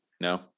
no